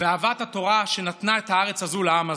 ואהבת התורה, שנתנה את הארץ הזו לעם הזה.